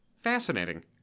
fascinating